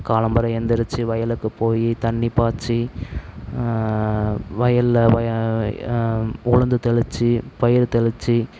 காலம்பர எழுந்திரிச்சு வயலுக்கு போய் தண்ணி பாய்ச்சி வயலில் உளுந்து தெளித்து பயிர் தெளித்து